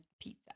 pizza